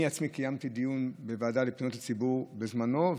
אני עצמי קיימתי דיון בוועדה לפניות הציבור בזמנו,